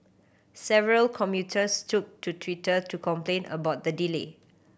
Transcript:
several commuters took to Twitter to complain about the delay